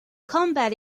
combat